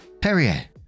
Perrier